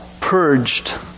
purged